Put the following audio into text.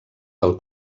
del